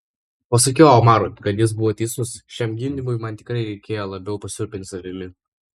pasakiau omarui kad jis buvo teisus šiam gimdymui man tikrai reikėjo labiau pasirūpinti savimi